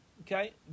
Okay